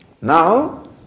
Now